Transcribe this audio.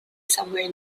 somewhere